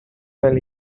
fell